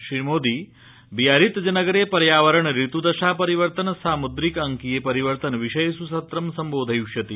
श्रीमोदी Biarritz नगरे पर्यावरण श्र्त्दशा परिवर्तन साम्द्रिक अंकीयपरिवर्तन विषयेष् सत्र सम्बोधयिष्यति